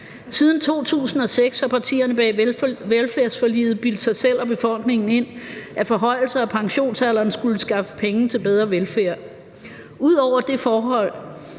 Siden 2006 har partierne bag velfærdsforliget bildt sig selv og befolkningen ind, at forhøjelser af pensionsalderen skulle skaffe penge til bedre velfærd. Ud over det forhold,